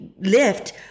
lift